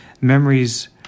Memories